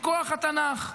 מכוח התנ"ך,